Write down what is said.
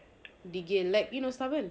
degil like you know stubborn